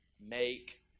make